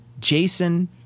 Jason